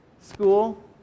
school